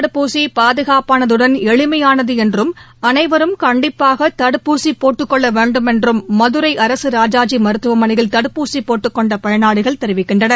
தடுப்பூசிபாதுகாப்பானதுடன் Covid எளிமையானகுஎன்றும் அனைவரும் கண்டிப்பாகதடுப்பூசிபோட்டுக்கொள்ளவேண்டும் என்றம் மதுரை அரசுராஜாஜிமருத்தவமனையில் தடுப்பூசிபோட்டுக்கொண்டபயனாளிகள் தெரிவிக்கின்றனர்